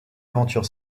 aventure